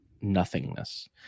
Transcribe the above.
nothingness